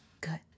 Good